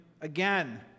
again